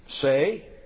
say